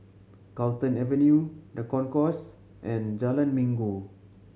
Carlton Avenue The Concourse and Jalan Minggu